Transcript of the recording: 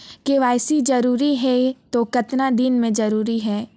KYC जरूरी हे तो कतना दिन मे जरूरी है?